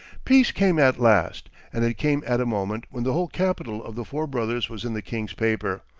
peace came at last and it came at a moment when the whole capital of the four brothers was in the king's paper,